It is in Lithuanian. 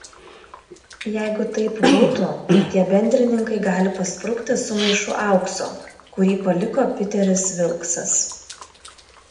jeigu taip būtų tai tie bendrininkai gali pasprukti su maišu aukso kurį paliko piteris vilksas